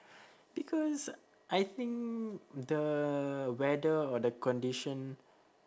because I think the weather or the condition